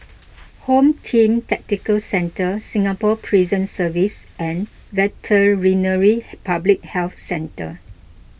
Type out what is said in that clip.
Home Team Tactical Centre Singapore Prison Service and Veterinary Public Health Centre